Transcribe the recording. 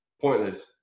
pointless